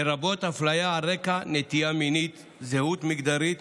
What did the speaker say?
"לרבות הפליה על רקע נטייה מינית, זהות מגדרית